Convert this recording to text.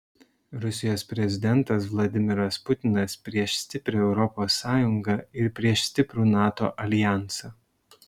rusijos prezidentas vladimiras putinas prieš stiprią europos sąjungą ir prieš stiprų nato aljansą